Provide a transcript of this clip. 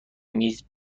میز